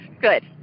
Good